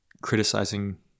criticizing